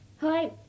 Hi